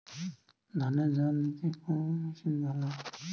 ধানে জল দিতে কোন মেশিন ভালো?